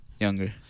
Younger